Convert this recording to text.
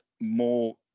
more